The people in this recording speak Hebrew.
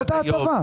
זו ההטבה.